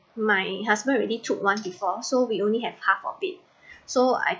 my husband already took once before so we only have half of it so I